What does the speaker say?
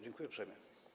Dziękuję uprzejmie.